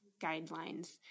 guidelines